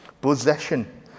possession